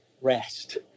rest